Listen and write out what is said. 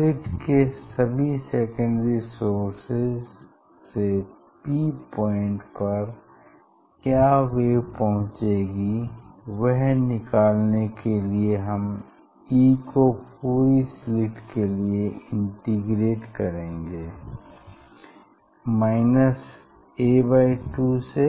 slit के सभी secondary sources से P पॉइंट पर क्या वेव पहुंचेगी वह निकालने के लिए हम E को पूरी स्लिट के लिए इंटीग्रेट करेंगे a2 से